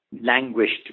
languished